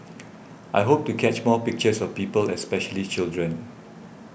I hope to catch more pictures of people especially children